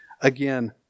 again